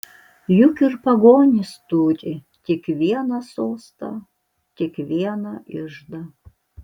juk ir pagonys turi tik vieną sostą tik vieną iždą